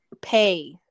pay